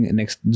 next